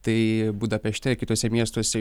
tai budapešte kituose miestuose